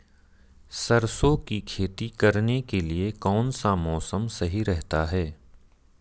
सरसों की खेती करने के लिए कौनसा मौसम सही रहता है?